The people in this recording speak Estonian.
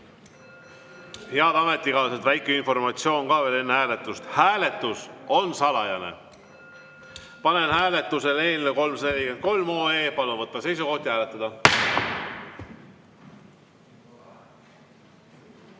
Head ametikaaslased, väike informatsioon ka enne hääletust: hääletus on salajane. Panen hääletusele eelnõu 343. Palun võtta seisukoht ja hääletada!